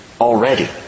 already